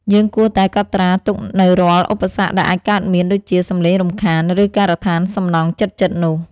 យើងគួរតែកត់ត្រាទុកនូវរាល់ឧបសគ្គដែលអាចកើតមាន ដូចជា សំឡេងរំខាន ឬការដ្ឋានសំណង់ជិតៗនោះ។